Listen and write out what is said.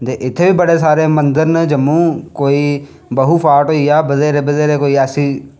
ते इत्थें बी बड़े सारे मंदर न कोई बाहू फोर्ट होइया कोई बथ्हेरे बथ्हेरे कोई ऐसी